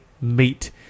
meet